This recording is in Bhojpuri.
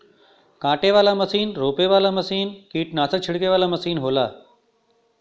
काटे वाला मसीन रोपे वाला मसीन कीट्नासक छिड़के वाला मसीन होला